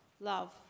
love